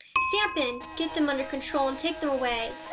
sampn! get them under control and take them away.